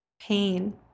pain